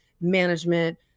management